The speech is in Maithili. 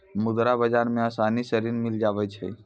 मुद्रा बाजार मे आसानी से ऋण मिली जावै छै